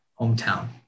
hometown